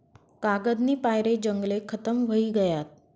कागदनी पायरे जंगले खतम व्हयी गयात